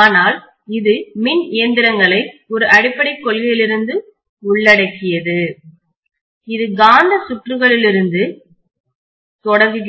ஆனால் இது மின் இயந்திரங்களை ஒரு அடிப்படைக் கொள்கையிலிருந்து உள்ளடக்கியது இது காந்த சுற்றுகளிலிருந்து தொடங்குகிறது